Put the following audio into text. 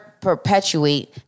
perpetuate